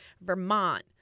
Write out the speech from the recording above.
Vermont